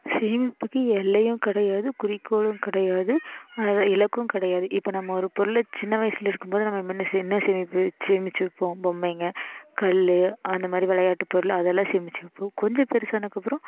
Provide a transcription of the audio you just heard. சேமிப்புக்கு எல்லையும் கிடையாது குறிக்கோளும் கிடையாது அது இலக்கும் கிடையாது இப்போது நம்ம ஒரு பொருளை சின்ன வயதில் இருக்கும்போது நம்ம முன்ன என்ன சேமிப்புச்சு சேமித்து வைப்போம் பொம்மைங்கள் கல் அந்த மாதிரி விளையாட்டு பொருள் அதெல்லாம் சேமிச்சு வைப்போம் கொஞ்சம் பெருசானதுக்கப்புறம்